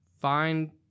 Find